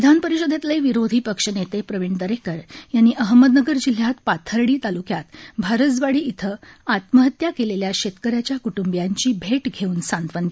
विधान परिषदेतले विरोधी पक्षनेते प्रविण दरेकर यांनी अहमदनगर जिल्ह्यात पाथर्डी तालुक्यात भारजवाडी इथं आत्महत्या केलेल्या शेतकऱ्याच्या कुटुंबियांची भेट घेऊन सांत्वन केलं